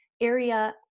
area